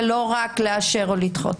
ולא רק לאשר או לדחות.